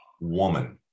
woman